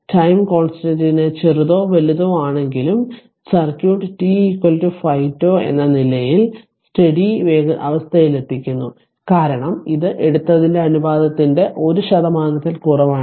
time കൊൻസ്ടനെറ്റിനെ ചെറുതോ വലുതോ ആണെങ്കിലും സർക്യൂട്ട് t 5 τ എന്ന നിലയിൽ സ്റ്റഡി അവസ്ഥയിലെത്തുന്നു കാരണം ഇത് എടുത്തതിന്റെ അനുപാതത്തിന്റെ 1 ശതമാനത്തിൽ കുറവാണ്